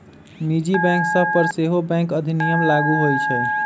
निजी बैंक सभ पर सेहो बैंक अधिनियम लागू होइ छइ